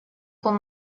con